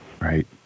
Right